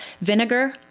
vinegar